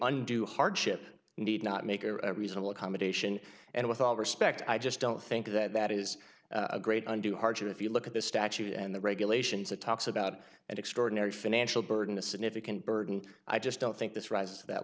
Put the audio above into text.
undue hardship need not make a reasonable accommodation and with all respect i just don't think that that is a great undue hardship if you look at the statute and the regulations that talks about an extraordinary financial burden a significant burden i just don't think this rises to that